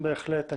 בהחלט.